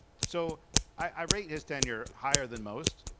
so i rate his tenure higher than most,